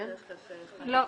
לא.